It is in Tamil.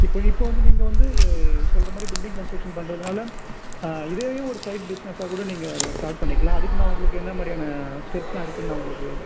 இப்போ இப்போ வந்து நீங்கள் வந்து சொல்றமாதிரி பில்டிங் கன்ஸ்ட்ரக்ஷன் பண்ணுறதுனால இதேவையும் ஒரு சைட் பிஸ்னஸ்ஸாக கூட நீங்கள் அதை ஸ்டார்ட் பண்ணிக்கலாம் அதுக்கு நான் உங்களுக்கு என்ன மாதிரியான ஸ்டெப்ஸ்லாம் இருக்குன்னு நான் உங்களுக்கு